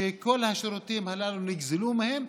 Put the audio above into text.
שכל השירותים הללו נגזלו מהם,